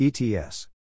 ETS